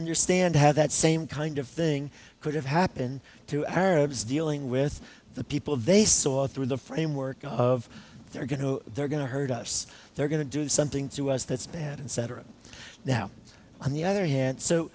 understand how that same kind of thing could have happened to arabs dealing with the people they saw through the framework of their go they're going to hurt us they're going to do something to us that's bad and cetera now on the other hand so